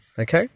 Okay